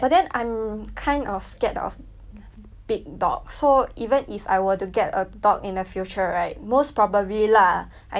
big dog so even if I were to get a dog in the future right most probably lah I think I will just try to find those 小 dog